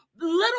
little